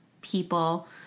people